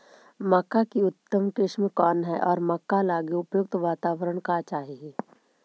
मक्का की उतम किस्म कौन है और मक्का लागि उपयुक्त बाताबरण का चाही?